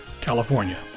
California